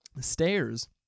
Stairs